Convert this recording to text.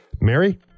Mary